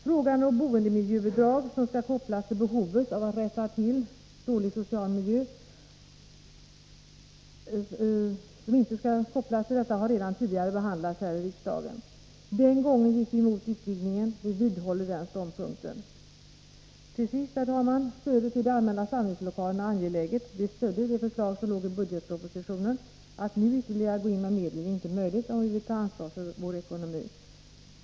Frågan om boendemiljöbidrag som inte skall kopplas till behovet att rätta till en dålig social miljö har redan tidigare behandlats här i riksdagen. Den gången gick vi emot utvidgningen. Vi vidhåller den ståndpunkten. Till sist: Stödet till de allmänna samlingslokalerna är angeläget. Vi stödde det förslag som låg i budgetpropositionen. Att nu gå in med ytterligare medel är inte möjligt, om vi vill ta ansvar för vår ekonomi.